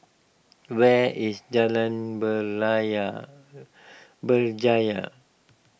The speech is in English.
where is Jalan Berjaya